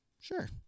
Sure